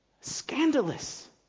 Scandalous